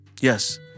yes